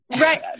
Right